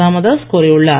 ராமதாஸ் கோரியுள்ளார்